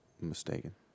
mistaken